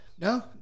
No